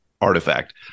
artifact